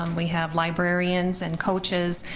um we have librarians and coaches.